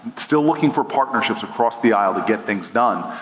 still looking for partnerships across the aisle to get things done,